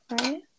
right